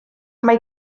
mae